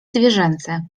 zwierzęce